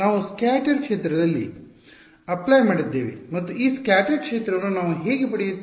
ನಾವು ಸ್ಕ್ಯಾಟರ್ ಕ್ಷೇತ್ರದಲ್ಲಿ ಅಪ್ಲ್ಯಾ ಮಾಡಿದ್ದೇವೆ ಮತ್ತು ಈ ಸ್ಕ್ಯಾಟರ್ ಕ್ಷೇತ್ರವನ್ನು ನಾವು ಹೇಗೆ ಪಡೆಯುತ್ತೇವೆ